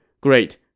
Great